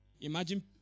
Imagine